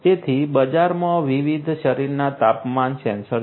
તેથી બજારમાં વિવિધ શરીરના તાપમાન સેન્સર છે